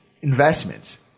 investments